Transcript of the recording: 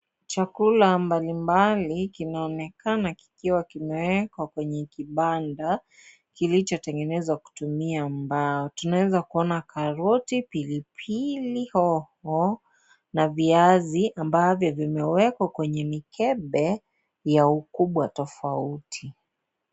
Chakula mbalimbali kinaonekana kikiwa kimewekwa kwenye kibanda kilichotengenezwa kutumia mbao, tunaweza kuona karoti, pilipili hoho na viazi ambavyo vimewekwa kwenye mikebe ya ukubwa tofauti.